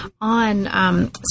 on